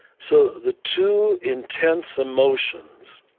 so the two intense emotions